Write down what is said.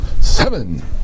Seven